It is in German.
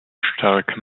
stark